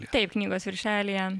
taip knygos viršelyje